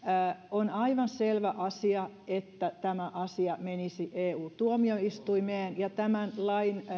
on aivan selvä asia että tämä asia menisi eu tuomioistuimeen ja tämän lain